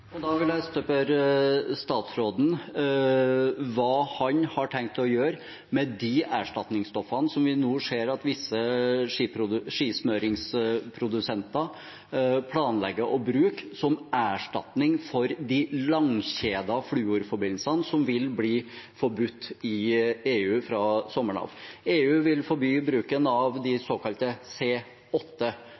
Da vil jeg spørre statsråden hva han har tenkt å gjøre med de erstatningsstoffene som vi nå ser visse skismøringsprodusenter planlegger å bruke som erstatning for de langkjedete fluorforbindelsene, som vil bli forbudt i EU fra sommeren av. EU vil forby bruken av de såkalte